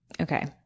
Okay